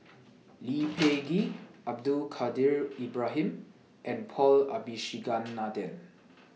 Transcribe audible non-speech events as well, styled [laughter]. [noise] Lee Peh Gee Abdul Kadir Ibrahim and Paul Abisheganaden